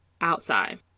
outside